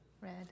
Red